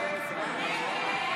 הצעת סיעת יש